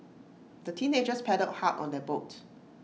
the teenagers paddled hard on their boat